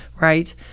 right